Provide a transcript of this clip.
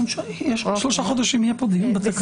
עוד שלושה חודשים יהיה פה דיון בתקנות.